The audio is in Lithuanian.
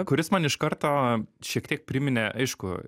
kuris man iš karto šiek tiek priminė aišku